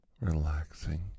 relaxing